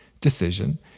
decision